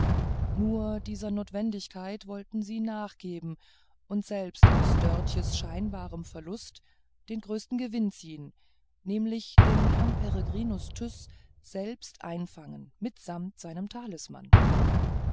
nur dieser notwendigkeit wollten sie nachgeben und selbst aus dörtjes scheinbarem verlust den größten gewinn ziehen nämlich den herrn peregrinus tyß selbst einfangen mitsamt seinem talisman